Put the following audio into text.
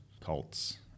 cults